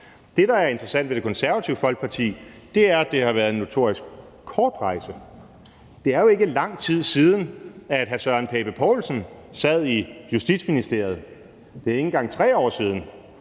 Det, der er interessant ved Det Konservative Folkeparti, er, at det har været en notorisk kort rejse. Det er jo ikke lang tid siden, at hr. Søren Pape Poulsen sad i Justitsministeriet. Det er ikke engang 3 år siden.